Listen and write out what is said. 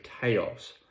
chaos